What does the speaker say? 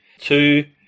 Two